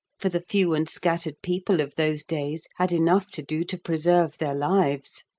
for the few and scattered people of those days had enough to do to preserve their lives.